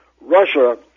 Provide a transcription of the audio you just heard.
Russia